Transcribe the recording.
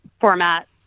format